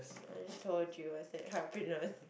I just told you I said happiness